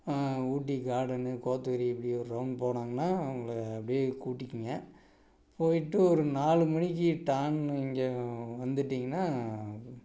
ஊட்டி garden Kotagiri இப்படி ஒரு round போனாங்கன்னால் அவங்களை அப்படியே கூட்டிக்கிங்க போயிட்டு ஒரு நாலு மணிக்கு டான்னு இங்கே வந்துட்டிங்கனால்